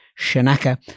Shanaka